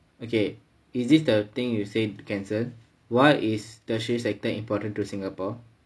okay is this the thing you said cancelled why is tertiary sector important to singapore